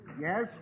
Yes